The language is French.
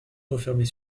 refermer